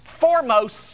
foremost